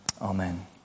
Amen